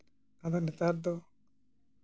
ᱟᱫᱚ ᱱᱮᱛᱟᱨ ᱫᱚ